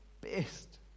best